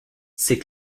c’est